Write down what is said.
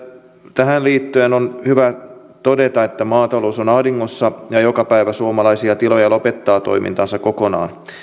tähän liittyen on hyvä todeta että maatalous on ahdingossa ja joka päivä suomalaisia tiloja lopettaa toimintansa kokonaan